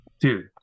Dude